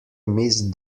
missed